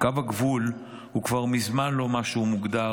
קו הגבול הוא כבר מזמן לא מה שהוא מוגדר,